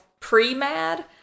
pre-mad